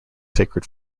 sacred